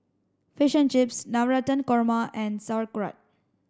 fish and Chips Navratan Korma and Sauerkraut